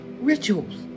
rituals